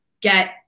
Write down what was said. get